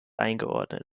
eingeordnet